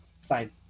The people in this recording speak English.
side